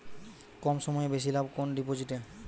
কম সময়ে বেশি লাভ কোন ডিপোজিটে?